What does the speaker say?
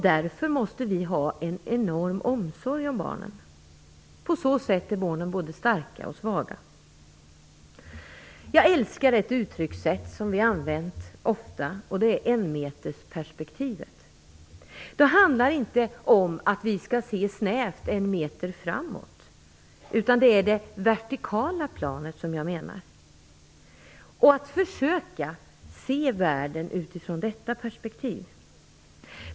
Därför måste vi ha en enorm omsorg om barnen. På det sättet är barnen både starka och svaga. Jag älskar ett uttryckssätt som vi ofta har använt, nämligen enmetersperspektivet. Det handlar inte om att vi skall se snävt en meter framåt, utan det är det vertikala planet som jag avser, att vi skall försöka se världen från detta perspektiv.